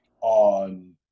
on